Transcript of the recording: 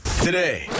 Today